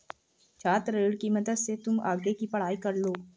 छात्र ऋण की मदद से तुम आगे की पढ़ाई कर लो